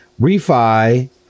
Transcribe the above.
refi